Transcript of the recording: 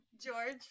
George